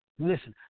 Listen